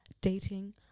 dating